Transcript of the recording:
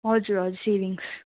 हजुर हजुर सेभिङ्स